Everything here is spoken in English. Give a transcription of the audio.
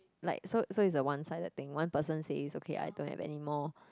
like so so it's a one sided thing one person say is okay I don't have anymore